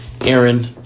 Aaron